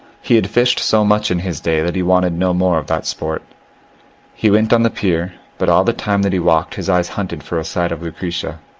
he had fished so much in his day that he wanted no more of that sport he went on the pier, but all the time that he walked his eyes hunted for a sight of lucretia.